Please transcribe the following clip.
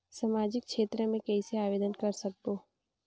समाजिक क्षेत्र मे कइसे आवेदन कर सकबो?